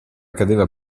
cadeva